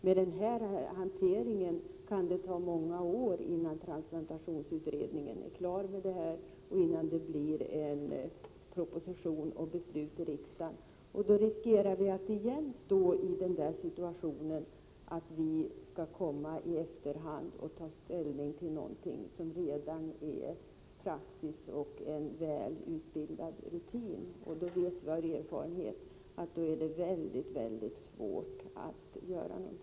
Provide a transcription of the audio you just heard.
Med den hantering som föreslås kan det ta många år innan transplantationsutredningen är klar och innan det blir en proposition och ett beslut i riksdagen. Då riskerar vi att återigen stå i situationen att i efterhand ta ställning till någonting som redan är praxis och väl utbildad rutin. Av erfarenhet vet vi att det då är mycket svårt att göra något.